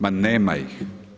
Ma nema ih.